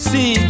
See